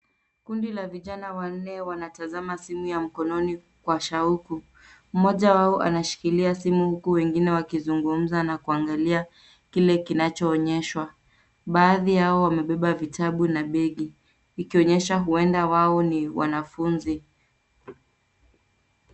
Kundi la vijana wanne wanatazama simu ya mkononi kwa shauku. Mmoja wao anashikilia simu huku wengine wakizungumza na kuangalia kile kinachoonyeshwa. Baadhi yao wamebeba vitabu na begi. Ikionyesha huenda wao ni wanafunzi.